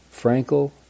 Frankel